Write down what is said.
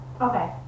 okay